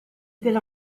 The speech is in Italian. del